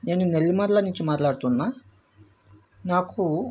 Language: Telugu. నేను నెల్లిమర్ల నుంచి మాట్లాడుతున్న నాకు